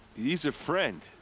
he's a friend!